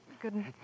Good